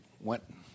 went